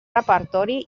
repertori